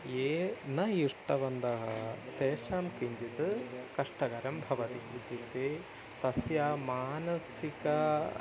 ये न इष्टवन्तः तेषां किञ्चित् कष्टकरं भवति इत्युक्ते तस्य मानसिकं